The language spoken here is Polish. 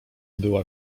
była